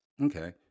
Okay